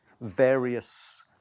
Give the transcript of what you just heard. various